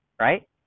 right